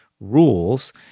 rules